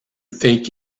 think